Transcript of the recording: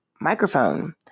microphone